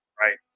right